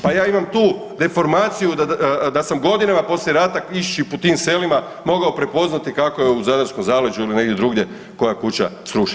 Pa ja imam tu deformaciju da sam godinama poslije rata idući po tim selima mogao prepoznati kako je u zadarskom zaleđu ili negdje drugdje koja je kuća srušena.